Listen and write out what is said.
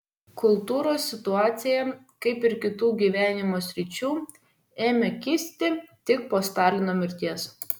kultūros situacija kaip ir kitų gyvenimo sričių ėmė kisti tik po stalino mirties